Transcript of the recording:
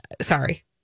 Sorry